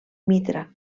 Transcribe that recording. mitra